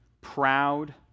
proud